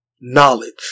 Knowledge